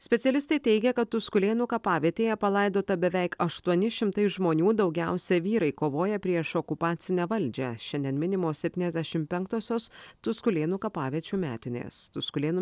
specialistai teigia kad tuskulėnų kapavietėje palaidota beveik aštuoni šimtai žmonių daugiausia vyrai kovoję prieš okupacinę valdžią šiandien minimos septyniasdešim penktosios tuskulėnų kapaviečių metinės tuskulėnų